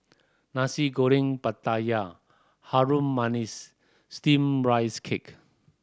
Nasi Goreng Pattaya Harum Manis Steamed Rice Cake